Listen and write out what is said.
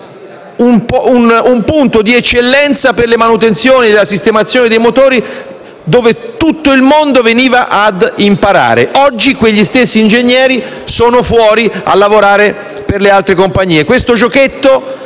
un punto di eccellenza per la manutenzione e la sistemazione di motori, dove tutto il mondo veniva ad imparare. Oggi, quegli stessi ingegneri sono fuori a lavorare per le altre compagnie.